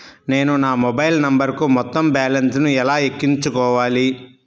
నేను నా మొబైల్ నంబరుకు మొత్తం బాలన్స్ ను ఎలా ఎక్కించుకోవాలి?